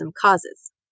causes